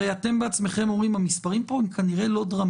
הרי אתם בעצמכם אומרים שהמספרים פה הם לא דרמטיים.